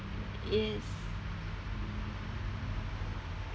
yes